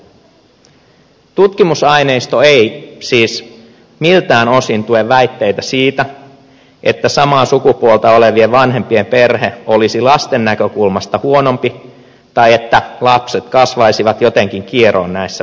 tutkimusaineisto ei siis miltään osin tue väitteitä siitä että samaa sukupuolta olevien vanhempien perhe olisi lasten näkökulmasta huonompi tai että lapset kasvaisivat jotenkin kieroon näissä perheissä